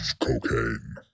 cocaine